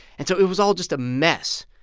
and so it was all just a mess.